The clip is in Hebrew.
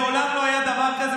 מעולם לא היה דבר כזה,